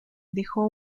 dejó